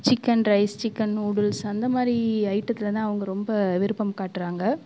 chicken rice chicken noodles அந்த மாதிரி ஐட்டத்தில் தான் அவங்க ரொம்ப விருப்பம் காட்டுறாங்க